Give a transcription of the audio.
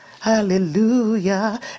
Hallelujah